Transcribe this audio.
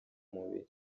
mubiri